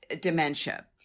dementia